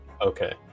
Okay